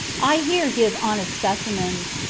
i here give honest specimens.